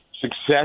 success